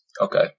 Okay